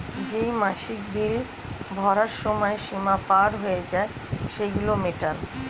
যেই মাসিক বিল ভরার সময় সীমা পার হয়ে যায়, সেগুলো মেটান